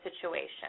situation